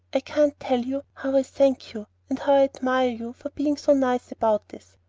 i can't tell you how i thank you, and how i admire you for being so nice about this.